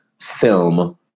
film